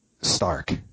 stark